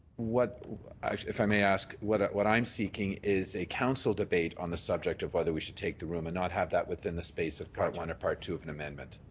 if i may ask what what i'm seeking is a council debate on the subject of whether we should take the room and not have that within the space of part one or part two of an amendment.